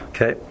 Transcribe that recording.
Okay